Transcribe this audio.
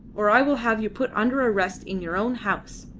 or i will have you put under arrest in your own house.